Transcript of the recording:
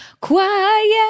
quiet